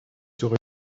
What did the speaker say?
serait